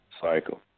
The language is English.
cycle